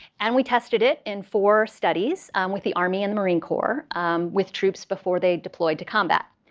and we tested it in four studies with the army and marine corps with troops before they deployed to combat.